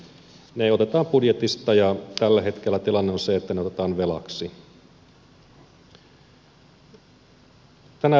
ne otetaan budjetista ja tällä hetkellä tilanne on se että ne otetaan velaksi